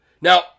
now